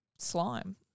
slime